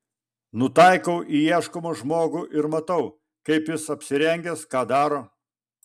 nutaikau į ieškomą žmogų ir matau kaip jis apsirengęs ką daro